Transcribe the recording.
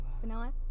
Vanilla